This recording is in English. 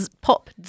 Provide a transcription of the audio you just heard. Pop